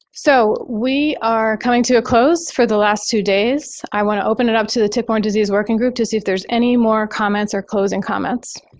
so we are coming to a close for the last two days. i want to open it up to the tick-borne disease working group to see if there's any more comments or closing comments.